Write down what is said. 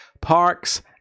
Parks